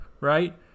right